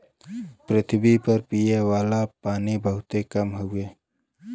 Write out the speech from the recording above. पृथवी पर पिए वाला पानी बहुत कम हउवे